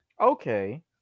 Okay